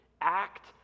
act